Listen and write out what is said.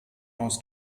aus